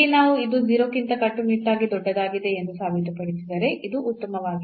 ಇಲ್ಲಿ ನಾವು ಇದು 0 ಗಿಂತ ಕಟ್ಟುನಿಟ್ಟಾಗಿ ದೊಡ್ಡದಾಗಿದೆ ಎಂದು ಸಾಬೀತುಪಡಿಸಿದರೆ ಅದು ಉತ್ತಮವಾಗಿದೆ